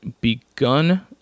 begun